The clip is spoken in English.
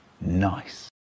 Nice